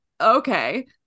okay